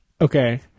Okay